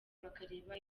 bakareba